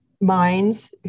minds